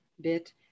bit